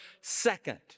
second